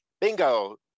bingo